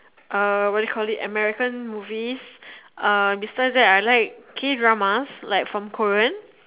uh what you call it American movies uh besides I like K dramas like from Korean